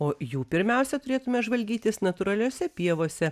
o jų pirmiausia turėtume žvalgytis natūraliose pievose